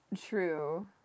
True